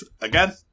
Again